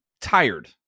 tired